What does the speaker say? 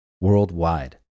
worldwide